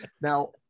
Now